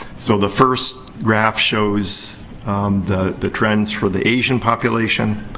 so, the first graph shows the the trends for the asian population.